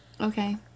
Okay